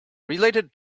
related